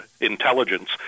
intelligence